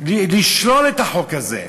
מתכוונת לשלול את החוק הזה.